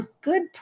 good